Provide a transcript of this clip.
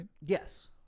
Yes